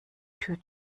tür